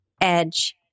edge